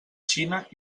xina